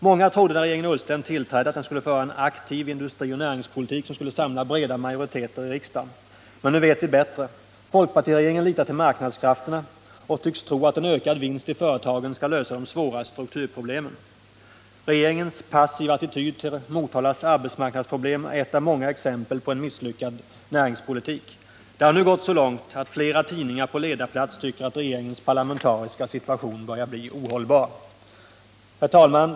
Många trodde när regeringen Ullsten tillträdde att den skulle föra en aktiv industrioch näringspolitik, som skulle samla breda majoriteter i riksdagen. Men nu vet vi bättre. Folkpartiregeringen litar till marknadskrafterna och tycks tro att en ökad vinst i företagen skall lösa de svåra strukturproblemen. Regeringens passiva attityd till Motalas arbetsmarknadsproblem är ett av många exempel på en misslyckad näringspolitik. Det har nu gått så långt att flera tidningar på ledarplats tycker att regeringens parlamentariska situation börjar bli ohållbar. Herr talman!